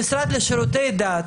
המשרד לשירותי דת,